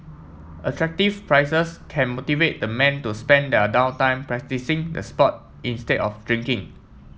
attractive prizes can motivate the men to spend their down time practising the sport instead of drinking